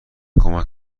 کمک